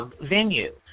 venue